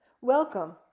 welcome